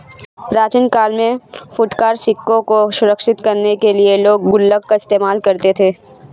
प्राचीन काल में फुटकर सिक्कों को सुरक्षित करने के लिए लोग गुल्लक का इस्तेमाल करते थे